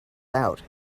out